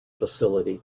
facility